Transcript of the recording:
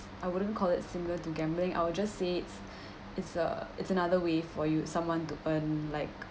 I wouldn't call it similar to gambling I would just say it's it's uh it's another way for you someone to earn like